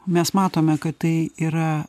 mes matome kad tai yra